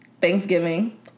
Thanksgiving